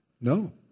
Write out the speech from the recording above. No